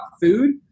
food